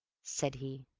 said he.